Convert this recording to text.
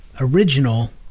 original